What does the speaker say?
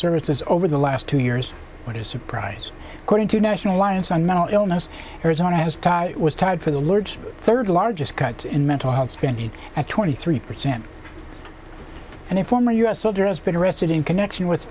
services over the last two years what a surprise according to national lines on mental illness arizona has it was tied for the lord's third largest cuts in mental health spending at twenty three percent and a former u s soldier has been arrested in connection with